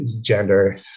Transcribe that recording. gender